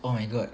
oh my god